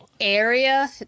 area